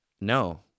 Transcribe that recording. No